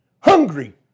hungry